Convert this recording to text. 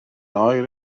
oer